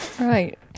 Right